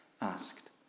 asked